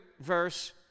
verse